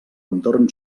entorn